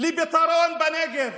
לפתרון בנגב.